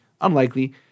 unlikely